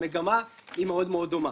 המגמה מאוד מאוד דומה.